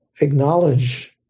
acknowledge